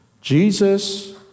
Jesus